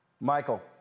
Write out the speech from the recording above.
Michael